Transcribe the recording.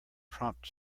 prompt